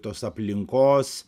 tos aplinkos